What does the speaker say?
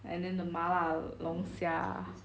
and then the 麻辣龙虾